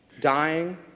dying